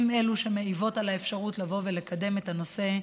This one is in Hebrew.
הן שמעיבות על האפשרות לבוא ולקדם את הנושא,